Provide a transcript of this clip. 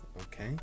Okay